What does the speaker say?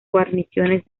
guarniciones